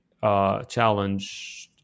challenge